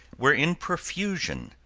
were in profusion,